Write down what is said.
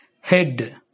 Head